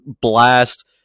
blast